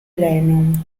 lennon